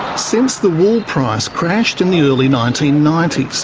since the wool price crashed in the early nineteen ninety s,